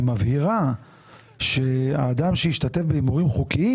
היא מבהירה שהאדם שהשתתף בהימורים חוקיים.